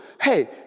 hey